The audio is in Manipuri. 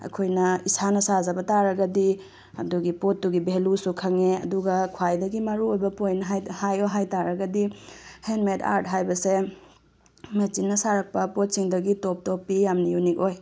ꯑꯩꯈꯣꯏꯅ ꯏꯁꯥꯅ ꯁꯥꯖꯕ ꯇꯥꯔꯒꯗꯤ ꯑꯗꯨꯒꯤ ꯄꯣꯠꯇꯨꯒꯤ ꯚꯦꯂꯨꯁꯨ ꯈꯪꯉꯦ ꯑꯗꯨꯒ ꯈ꯭ꯋꯥꯏꯗꯒꯤ ꯃꯔꯨꯑꯣꯏꯕ ꯄꯣꯏꯟ ꯍꯥꯏꯌꯣ ꯍꯥꯏ ꯇꯥꯔꯒꯗꯤ ꯍꯦꯟꯃꯦꯠ ꯑꯥꯔꯠ ꯍꯥꯏꯕꯁꯦ ꯃꯦꯆꯤꯟꯅ ꯁꯥꯔꯛꯄ ꯄꯣꯠꯁꯤꯡꯗꯒꯤ ꯇꯣꯞ ꯇꯣꯞꯄꯤ ꯌꯥꯝꯅ ꯌꯨꯅꯤꯛ ꯑꯣꯏ